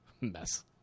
mess